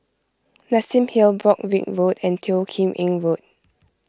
Nassim Hill Broadrick Road and Teo Kim Eng Road